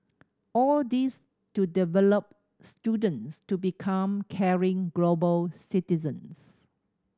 all this to develop students to become caring global citizens